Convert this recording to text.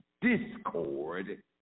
discord